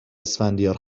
اسفندیار